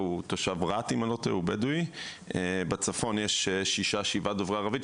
רווחה, פסיכולוגיה, סביבה, תשתיות, רפואה.